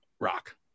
Rock